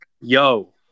Yo